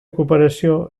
cooperació